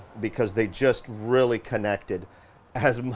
because they just really connected as,